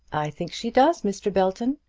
i think she does, mr. belton.